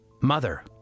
Mother